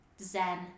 Zen